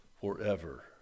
forever